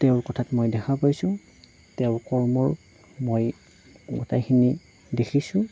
তেওঁৰ কথাত মই দেখা পাইছোঁ তেওঁৰ কৰ্মৰ মই গোটেইখিনি দেখিছোঁ